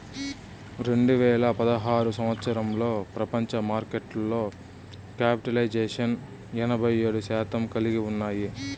రెండు వేల పదహారు సంవచ్చరంలో ప్రపంచ మార్కెట్లో క్యాపిటలైజేషన్ ఎనభై ఏడు శాతం కలిగి ఉన్నాయి